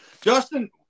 Justin